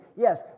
Yes